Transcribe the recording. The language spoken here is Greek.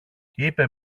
είπε